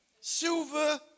Silver